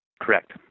Correct